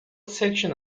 section